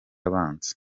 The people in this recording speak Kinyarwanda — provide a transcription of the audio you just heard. abanza